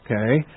Okay